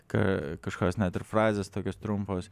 ka kažkokios net ir frazės tokios trumpos